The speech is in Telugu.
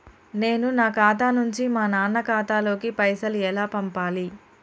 నేను నా ఖాతా నుంచి మా నాన్న ఖాతా లోకి పైసలు ఎలా పంపాలి?